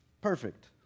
perfect